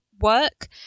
work